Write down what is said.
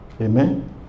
Amen